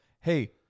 hey